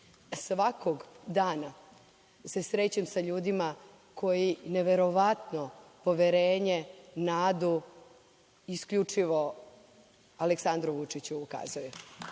Svakog dana se srećem sa ljudima koji neverovatno poverenje, nadu isključivo Aleksandru Vučiću ukazuju.